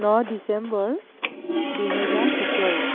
ন ডিচেম্বৰ দুহেজাৰ সোতৰ